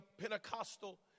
Pentecostal